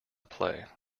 play